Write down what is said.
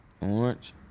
Orange